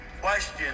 question